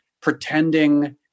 pretending